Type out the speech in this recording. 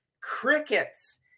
crickets